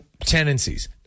tendencies